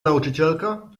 nauczycielka